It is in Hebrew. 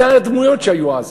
זה היו הדמויות שהיו אז,